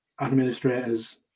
administrators